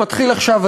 ועכשיו מתחיל הדיון,